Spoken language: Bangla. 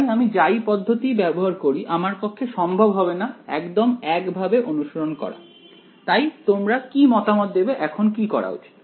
তাই আমি যাই পদ্ধতিই ব্যবহার করি আমার পক্ষে সম্ভব হবে না একদম এক ভাবে অনুসরণ করা তাই তোমরা কি মতামত দেবে এখন কি করা উচিত